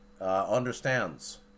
understands